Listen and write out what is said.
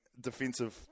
defensive